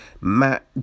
Matt